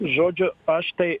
žodžiu aš tai